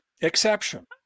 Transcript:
exception